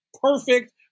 perfect